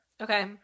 Okay